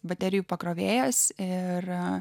baterijų pakrovėjas ir